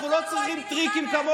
לכן אנחנו נלחמים בזה.